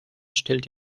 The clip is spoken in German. stellt